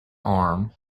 arm